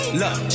look